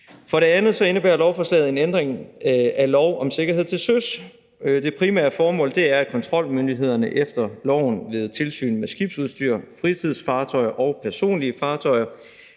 For det andet indebærer lovforslaget en ændring af lov om sikkerhed til søs. Det primære formål er, at kontrolmyndighederne efter loven ved tilsyn med skibsudstyr, fritidsfartøjer og personlige fartøjer